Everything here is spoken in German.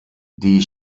die